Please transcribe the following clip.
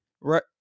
Right